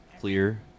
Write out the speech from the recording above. Clear